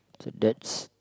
so that's